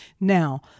Now